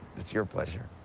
it's your pleasure.